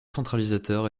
centralisateur